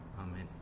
Amen